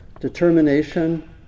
determination